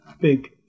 big